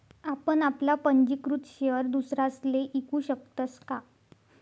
आपण आपला पंजीकृत शेयर दुसरासले ईकू शकतस का?